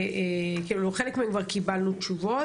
כבר קיבלנו תשובות,